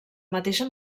mateixa